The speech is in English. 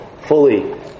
fully